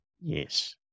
Yes